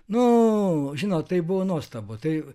nu žinot tai buvo nuostabu tai